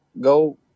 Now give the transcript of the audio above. go